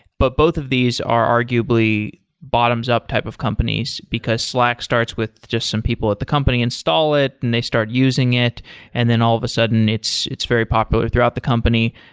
but both of these are arguably bottoms up type of companies, because slack starts with just some people at the company install it and they start using it and then all of a sudden it's it's very popular throughout the company.